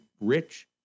rich